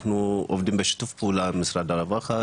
אנחנו עובדים בשיתוף פעולה עם משרד הרווחה,